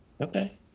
okay